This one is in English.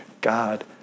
God